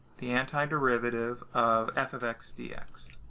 the antiderivative of f of x dx.